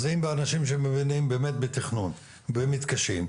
אז אם באנשים שמבינים באמת בתכנון והם מתקשים,